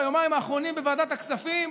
ביומיים האחרונים בוועדת הכספים,